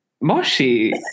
Moshi